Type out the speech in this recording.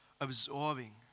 absorbing